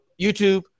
youtube